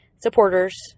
supporters